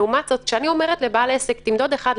לעומת זאת, כשאני אומרת לבעל עסק תמדוד 4:1,